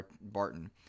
Barton